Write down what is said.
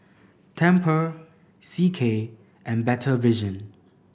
Temper C K and Better Vision